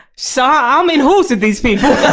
so. i'm in halls with these people.